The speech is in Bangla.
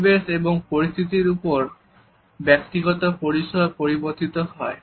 পরিবেশ এবং পরিস্থিতির ওপর ব্যক্তিগত পরিসর পরিবর্তিত হয়